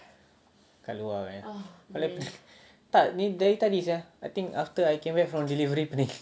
kat luar kan kepala pening tak ni dari tadi sia I think after I came back from delivery pening